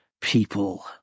people